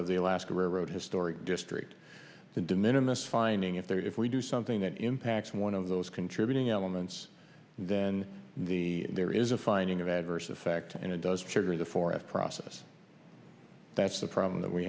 of the alaska road historic district and dominion this finding if there if we do something that impacts one of those contributing elements then the there is a finding of adverse effect and it does trigger the forest process that's the problem that we